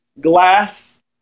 glass